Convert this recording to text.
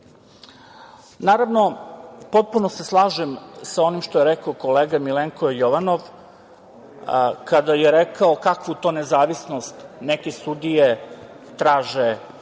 sudstvu. Naravno, potpuno se slažem sa onim što je rekao kolega Milenko Jovanov, kada je rekao kakvu to nezavisnost neke sudije traže